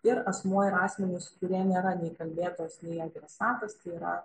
ir asmuo ar asmenys kurie nėra nei kalbėtojas nei adresatas tai yra